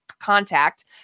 contact